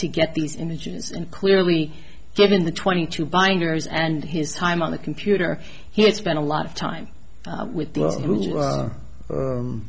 to get these images and clearly given the twenty two binders and his time on the computer he had spent a lot of time with